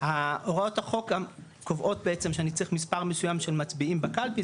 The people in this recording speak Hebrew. הוראות החוק גם קובעות בעצם שאני צריך מספר מסוים של מצביעים בקלפי,